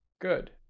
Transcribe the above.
good